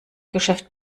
geschäft